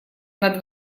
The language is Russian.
над